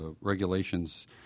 regulations